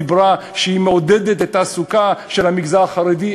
שדיברה על כך שהיא מעודדת את התעסוקה של המגזר החרדי,